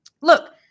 Look